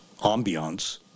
ambiance